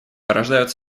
порождают